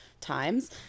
times